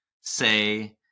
say